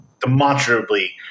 demonstrably